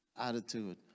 Attitude